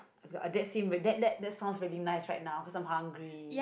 uh that seems that that that sounds very nice right now cause I'm hungry